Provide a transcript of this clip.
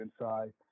inside